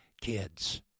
kids